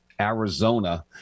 Arizona